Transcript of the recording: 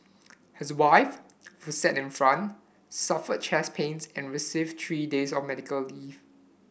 his wife who sat in front suffered chest pains and received three days of medical leave